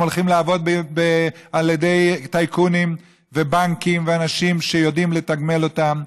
הולכים לעבוד אצל טייקונים ובנקים ואנשים שיודעים לתגמל אותם,